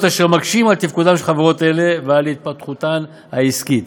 אשר מקשים על תפקודן של חברות אלה ועל התפתחותן העסקית.